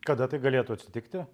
kada tai galėtų atsitikti